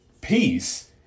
peace